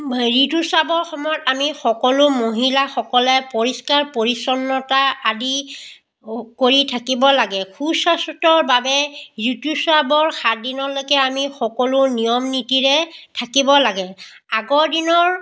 ঋতুস্ৰাৱৰ সময়ত আমি সকলো মহিলাসকলে পৰিষ্কাৰ পৰিচ্ছন্নতা আদি কৰি থাকিব লাগে সু স্বাস্থ্যৰ বাবে ঋতুস্ৰাৱৰ সাতদিনলৈকে আমি সকলো নিয়ম নীতিৰে থাকিব লাগে আগৰ দিনৰ